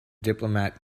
diplomat